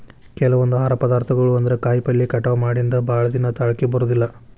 ಕೆಲವೊಂದ ಆಹಾರ ಪದಾರ್ಥಗಳು ಅಂದ್ರ ಕಾಯಿಪಲ್ಲೆ ಕಟಾವ ಮಾಡಿಂದ ಭಾಳದಿನಾ ತಾಳಕಿ ಬರುದಿಲ್ಲಾ